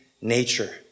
Nature